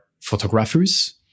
photographers